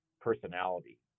personality